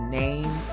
name